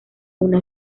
una